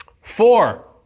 Four